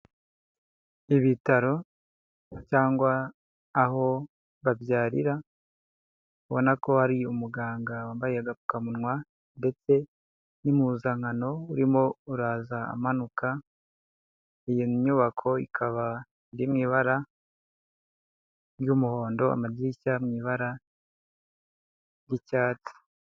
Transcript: Ibitaro cyangwa aho babyarira ubona ko hari umuganga wambaye agapfukamunwa ndetse n'impuzankano urimo uraza amanuka, iyo nyubako ikaba iri mu ibara ry'umuhondo, amadirishya mu ibara ry'icyatsi.